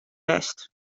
west